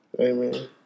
Amen